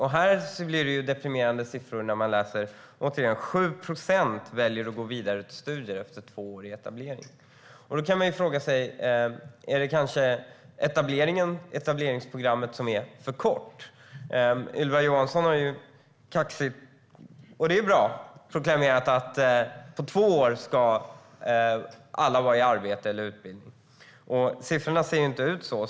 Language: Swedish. Här blir det deprimerande siffror, för endast 7 procent väljer att gå vidare till studier efter två år i etablering. Man kan fråga sig om etableringsprogrammet kanske är för kort. Ylva Johansson har kaxigt proklamerat - och det är bra - att på två år ska alla vara i arbete eller utbildning. Men så ser inte siffrorna ut.